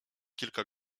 kilka